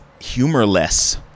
humorless